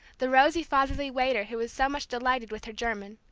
the rosy fatherly waiter who was so much delighted with her german,